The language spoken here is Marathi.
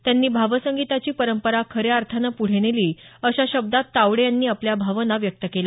त्यांनी भावसंगीतांची परंपरा खऱ्या अर्थानं पुढे नेली अशा शब्दात तावडे यांनी आपल्या भावना व्यक्त केल्या